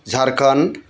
Jharkhand